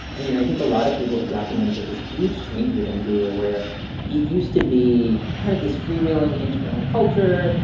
i mean, i think a lot of people have documented this huge change within google, where it used to be kind of this freewheeling internal culture.